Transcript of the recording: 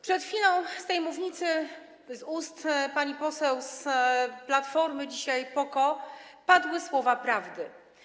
Przed chwilą z tej mównicy z ust pani poseł z Platformy, dzisiaj PO - KO, padły słowa prawdy.